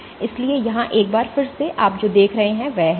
इसलिए यहां एक बार फिर से आप जो देख रहे हैं वह है G